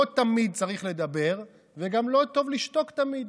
לא תמיד צריך לדבר, וגם לא טוב לשתוק תמיד.